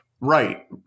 Right